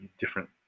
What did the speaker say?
different